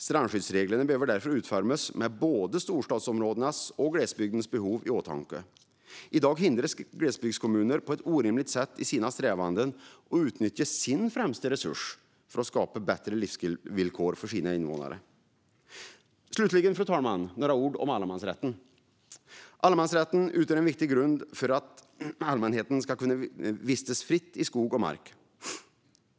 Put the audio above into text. Strandskyddsreglerna behöver därför utformas med både storstadsområdenas och glesbygdens behov i åtanke. I dag hindras glesbygdskommuner på ett orimligt sätt i sina strävanden att utnyttja sin främsta resurs för att skapa bättre livsvillkor för sina invånare. Slutligen, fru talman, vill jag säga några ord om allemansrätten. Allemansrätten utgör en viktig grund för att allmänheten ska kunna vistas fritt i skog och mark.